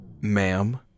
Ma'am